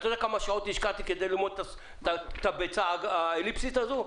האם אתה יודע כמה שעות השקעתי על מנת ללמוד על הביצה האליפטית הזו?